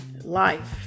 life